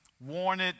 warned